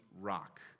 rock